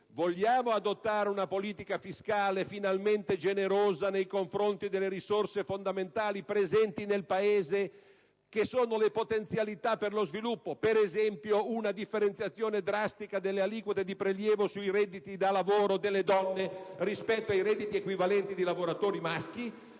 dovremmo adottare una politica fiscale finalmente generosa nei confronti delle risorse fondamentali presenti nel Paese, che sono le potenzialità per lo sviluppo: ad esempio una differenziazione drastica delle aliquote di prelievo sui redditi da lavoro delle donne rispetto ai redditi equivalenti dei lavoratori maschi.